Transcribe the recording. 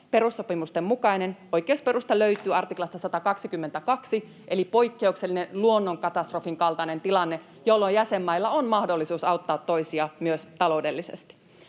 perussopimusten mukainen. Oikeusperuste löytyy artiklasta 122: poikkeuksellinen luonnonkatastrofin kaltainen tilanne, jolloin jäsenmailla on mahdollisuus auttaa toisia myös taloudellisesti.